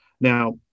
Now